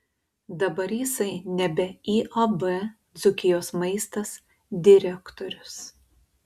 dabar jisai nebe iab dzūkijos maistas direktorius